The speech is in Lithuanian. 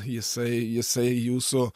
jisai jisai jūsų